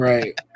Right